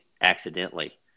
accidentally